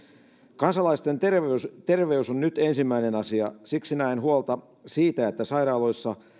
kansalaisten terveys on nyt ensimmäinen asia siksi näen huolta siitä että sairaaloissa